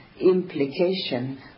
implication